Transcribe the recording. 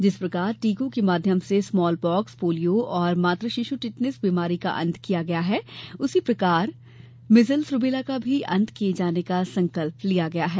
जिस प्रकार टीकों के माध्यम से स्मॉल पाक्स पोलियो और मात शिश्र् टिटनेस बीमारी का अंत किया गया है उसी प्रकार मीजल्स रूबेला का भी अंत किये जाने का संकल्प लिया गया है